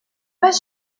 pas